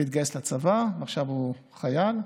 התגייס לצבא ועכשיו הוא חייל.